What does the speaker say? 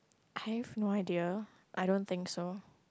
I have no idea I don't think so